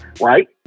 Right